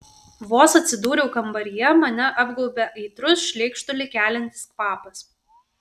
vos atsidūriau kambaryje mane apgaubė aitrus šleikštulį keliantis kvapas